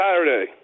Saturday